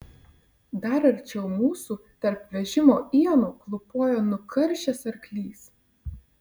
dar arčiau mūsų tarp vežimo ienų klūpojo nukaršęs arklys